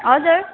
हजुर